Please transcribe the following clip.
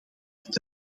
dat